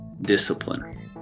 discipline